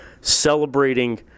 celebrating